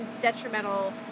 detrimental